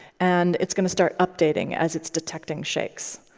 and it's going to start updating as it's detecting shakes.